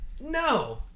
No